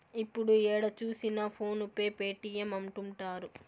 ఇప్పుడు ఏడ చూసినా ఫోన్ పే పేటీఎం అంటుంటారు